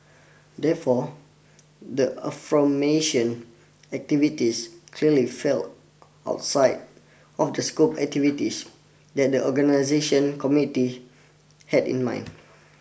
therefore the activities clearly fell outside of the scope activities that the organisation committee had in mind